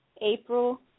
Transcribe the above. April